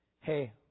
Hey